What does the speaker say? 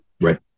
right